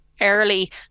early